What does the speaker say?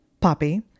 Poppy